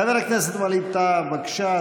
חבר הכנסת ווליד טאהא, בבקשה,